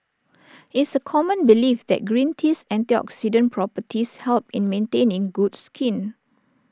it's A common belief that green tea's antioxidant properties help in maintaining good skin